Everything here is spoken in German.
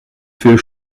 für